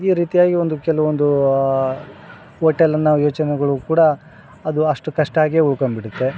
ಈ ರೀತಿಯಾಗಿ ಒಂದು ಕೆಲವೊಂದು ಹೋಟೆಲ್ನ ನಾವು ಯೋಚನೆಗಳು ಕೂಡ ಅದು ಅಷ್ಟಕ್ಕಷ್ಟಾಗಿಯೇ ಉಳ್ಕೊಂಡು ಬಿಡುತ್ತೆ